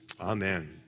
Amen